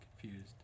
confused